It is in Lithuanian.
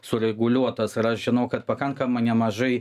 sureguliuotas ir aš žinau kad pakankamai nemažai